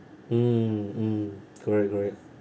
mm mm correct correct